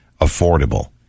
affordable